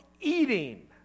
eating